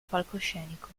palcoscenico